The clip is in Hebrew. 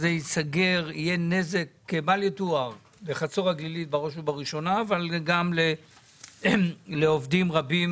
יהיה נזק בל יתואר גם לחצור הגלילית וגם לעובדים רבים